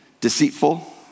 deceitful